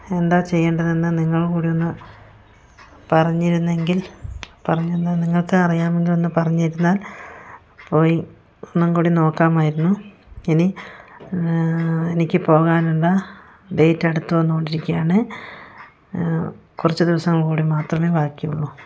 എന്താ ചെയ്യേണ്ടതെന്ന് നിങ്ങളും കൂടിയൊന്ന് പറഞ്ഞിരുന്നെങ്കിൽ പറഞ്ഞു തന്നാൽ നിങ്ങൾക്ക് അറിയാമെങ്കിൽ ഒന്ന് പറഞ്ഞിരുന്നാൽ പോയി ഒന്നും കൂടി നോക്കാമായിരുന്നു ഇനി എനിക്ക് പോകാനുള്ള ഡേറ്റടുത്തു വന്നുകൊണ്ടിരിക്കുകയാണ് കുറച്ച് ദിവസങ്ങൾ കൂടി മാത്രമേ ബാക്കി ഉള്ളു